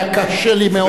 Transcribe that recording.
היה לי קשה מאוד.